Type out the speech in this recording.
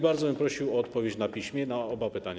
Bardzo bym prosił o odpowiedź na piśmie na oba pytania.